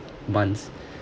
months